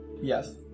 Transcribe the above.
Yes